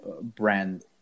brand